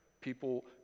People